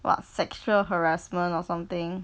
what sexual harassment or something